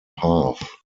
half